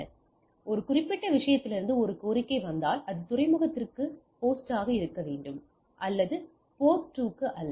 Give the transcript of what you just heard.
எனவே இந்த குறிப்பிட்ட விஷயத்திலிருந்து ஒரு கோரிக்கை வந்தால் அது துறைமுகத்திற்கு ஹோஸ்டாக இருக்க வேண்டும் அது போர்ட்2 க்கு அல்ல